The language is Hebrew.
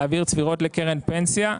להעביר צבירות לקרן פנסיה.